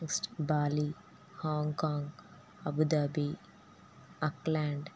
next Bali Hong Kong Abu Dhabi Auckland